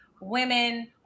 women